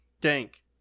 dank